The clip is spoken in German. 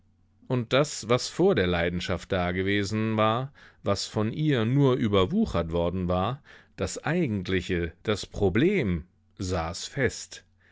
und das was vor der leidenschaft dagewesen war was von ihr nur überwuchert worden war das eigentliche das problem saß fest